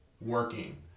working